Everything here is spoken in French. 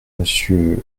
monsieur